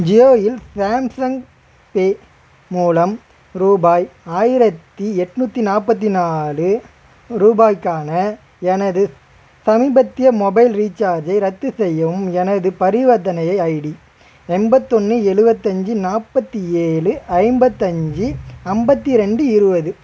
ஜியோயில் ட்ரான்சன் பே மூலம் ரூபாய் ஆயிரத்தி எண்நூத்தி நாற்பத்தி நாலு ரூபாய்க்கான எனது சமீபத்திய மொபைல் ரீசார்ஜை ரத்து செய்யவும் எனது பரிவர்த்தனையை ஐடி எண்பத்தொன்று எழுவத்தஞ்சி நாற்பத்தி ஏழு ஐம்பத்தஞ்சு ஐம்பத்தி ரெண்டு இருபது